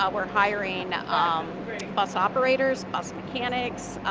ah we're hiring um bus operators, bus mechanics,